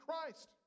Christ